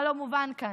מה לא מובן כאן?